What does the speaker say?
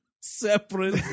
Separate